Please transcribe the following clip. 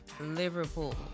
Liverpool